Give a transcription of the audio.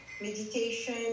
meditation